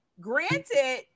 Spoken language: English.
granted